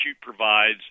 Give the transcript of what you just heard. provides